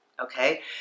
Okay